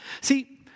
See